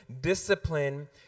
discipline